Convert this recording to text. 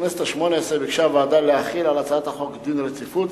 בכנסת השמונה-עשרה ביקשה הוועדה להחיל על הצעת החוק דין רציפות,